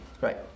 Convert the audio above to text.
Right